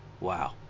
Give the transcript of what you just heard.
Wow